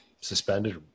suspended